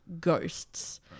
ghosts